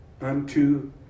unto